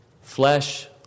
Flesh